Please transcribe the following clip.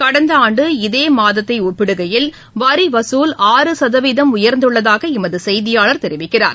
கடந்த ஆண்டு இதே மாதத்தை ஒப்பிடுகையில் வரி வசூல் ஆறு சதவீதம் உயர்ந்துள்ளதாக எமது செய்தியாளர் தெரிவிக்கிறார்